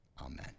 Amen